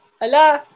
Hello